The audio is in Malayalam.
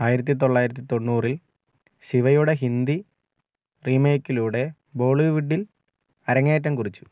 ആയിരത്തി തൊള്ളായിരത്തി തൊണ്ണൂറിൽ ശിവയുടെ ഹിന്ദി റീമേക്കിലൂടെ ബോളിവുഡിൽ അരങ്ങേറ്റം കുറിച്ചു